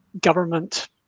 government